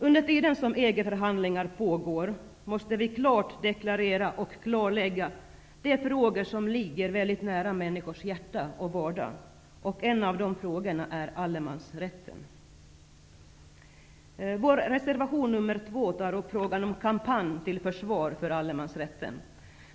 Under tiden som EG-förhandlingar pågår måste vi klart deklarera och klarlägga de frågor som ligger väldigt nära människors vardag och hjärtan. En av de frågorna är allemansrätten. Reservation nr 2 tar upp frågan om en kampanj till försvar för allemansrätten.